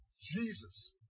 Jesus